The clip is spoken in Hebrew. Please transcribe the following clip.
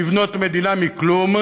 לבנות מדינה מכלום,